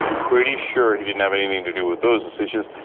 pretty sure he didn't have anything to do with those decisions.